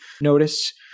notice